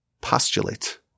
postulate